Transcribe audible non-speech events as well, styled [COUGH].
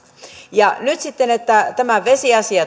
ja nyt sitten tämä vesiasia [UNINTELLIGIBLE]